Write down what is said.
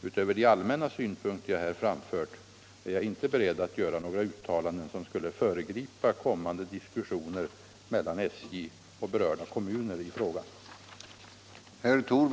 Utöver de allmänna synpunkter jag här framfört är jag inte beredd att göra några | uttalanden som skulle föregripa kommande diskussioner mellan SJ och berörda kommuner i frågan.